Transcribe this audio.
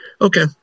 okay